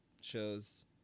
shows